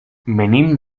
venim